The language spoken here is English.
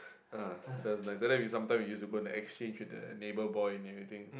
uh that was nicer and then we sometime we use go and exchange with the neighbor boy and everything